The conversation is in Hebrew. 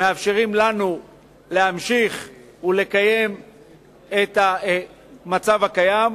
מאפשרים לנו להמשיך ולקיים את המצב הקיים.